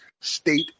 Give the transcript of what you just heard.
state